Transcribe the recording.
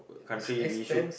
country we should